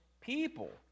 people